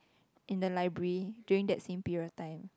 in the library during that same period of time